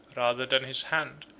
rather than his hand,